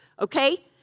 okay